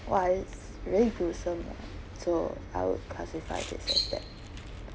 was very gruesome lah so I would classify just like that